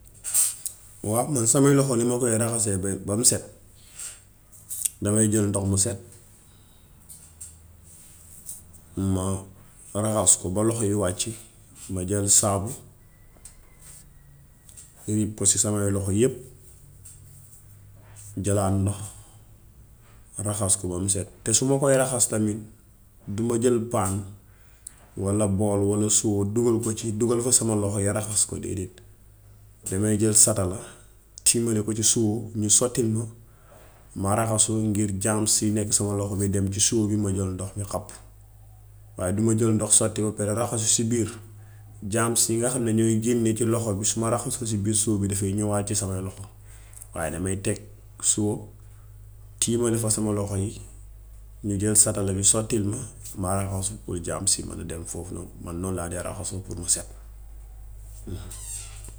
Waaw man samay loxo ni ma koy raxasee be bam set damaay jël ndox mu set, ma raxas ko ba loxo yi wàcc, ma jël saabu yuub ko ci samay loxo yépp, jëlaat ndox, raxas ko bam set, te su ma koy raxas tamit duma jël paan walla bool walla soo dugal ko ci dugal ko sama loxo yi raxas ko déedéet. Demaay jël satala, tiimale ko ci soo, ñu sottil ma, ma raxasu ngir jaams yi nekk suma loxo me dem ci soo bi ma jël ndox, ñu xàpp. Waaye duma jël ndox raxasu si biir jaams yi nga xam ni ñooy génne ci loxo bi, su ma raxasoo si biir soo bi dafaay ñówaat ci samay loxo. Waaw damay teg soo tiimale fa sama loxo yi, ñu jël satala bi sottil ma, ma raxasu pour jaamsi man a dellu foofu noonu. Man noon laa dee raxasee pour ma set.